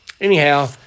anyhow